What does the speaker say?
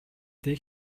дээ